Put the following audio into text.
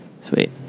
Sweet